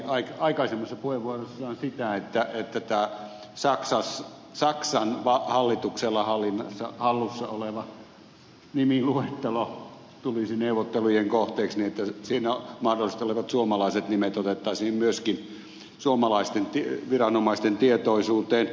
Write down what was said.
heinäluoma vaati aikaisemmassa puheenvuorossaan sitä että tämä saksan hallituksella hallussa oleva nimiluettelo tulisi neuvottelujen kohteeksi niin että siinä mahdollisesti olevat suomalaiset nimet otettaisiin myöskin suomalaisten viranomaisten tietoisuuteen